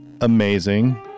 amazing